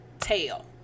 tail